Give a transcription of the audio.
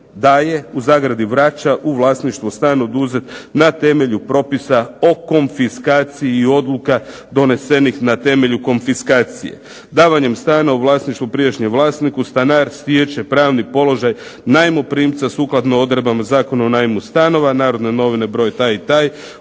daje (vraća) u vlasništvo stan oduzet na temelju propisa o konfiskaciji i odluka donesenih na temelju konfiskacije. Davanjem stana u vlasništvo prijašnjem vlasniku stanar stječe pravni položaj najmoprimca sukladno odredba Zakona o najmu stanova Narodne novine broj taj i taj,